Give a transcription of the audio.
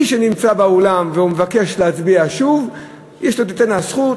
מי שנמצא באולם ומבקש להצביע תינתן לו זכות,